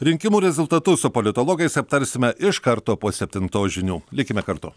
rinkimų rezultatus su politologais aptarsime iš karto po septintos žinių likime kartu